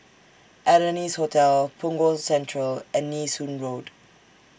Adonis Hotel Punggol Central and Nee Soon Road